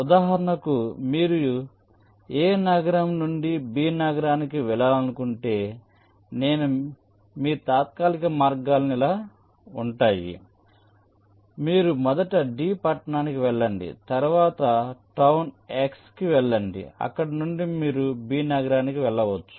ఉదాహరణకు మీరు a నగరం నుండి b నగరానికి వెళ్లాలనుకుంటే నేను మీ తాత్కాలిక మార్గాలను ఇలా ఉంటాయి అని చెప్పగలను మీరు మొదట d పట్టణానికి వెళ్ళండి తరువాత టౌన్ x కి వెళ్లండి అక్కడ నుండి మీరు b నగరానికి వెళ్ళవచ్చు